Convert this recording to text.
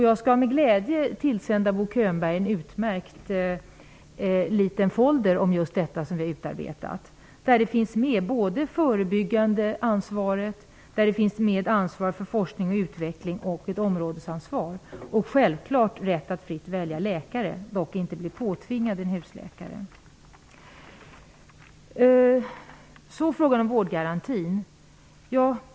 Jag skall med glädje tillsända Bo Könberg en utmärkt liten folder som handlar om just detta och som vi har utarbetat. Där finns med det förebyggande ansvaret och ansvaret för forskning och utveckling liksom ett områdesansvar. Självklart skall det också vara fritt att välja läkare. Man skall inte bli påtvingad en husläkare. Så till frågan om vårdgarantin.